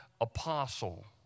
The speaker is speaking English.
apostle